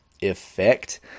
effect